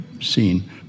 seen